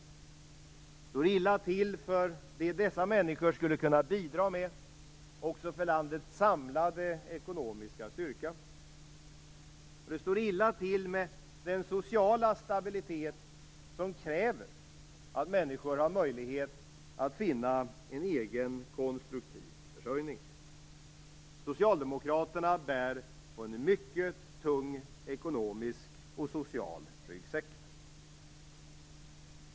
Det står illa till med det som dessa människor skulle kunna bidra med, och också med landets samlade ekonomiska styrka. Det står illa till med den sociala stabilitet som kräver att människor har möjlighet att finna en egen konstruktiv försörjning. Socialdemokraterna bär på en mycket tung ekonomisk och social ryggsäck.